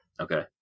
Okay